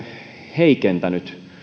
heikentänyt